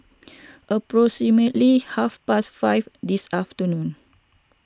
approximately half past five this afternoon